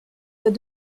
doit